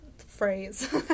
phrase